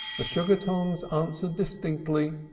the sugar-tongs answered distinctly,